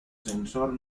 sensor